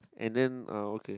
and then uh okay